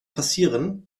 passieren